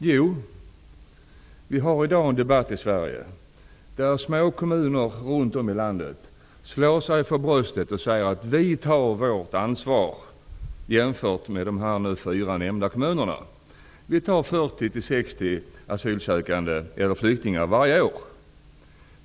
Jo, vi har i dag en debatt i Sverige där små kommuner runt om i landet slår sig för bröstet och säger: Vi tar vårt ansvar -- jämfört med de fyra nämnda kommunerna -- vi tar emot 40--60 asylsökande eller flyktingar varje år.